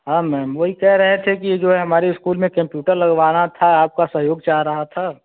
हाँ मैम वही कह रहे थे कि जो हमारे इस्कूल में केंप्यूटर लगवाना था आपका सहयोग चाह रहा था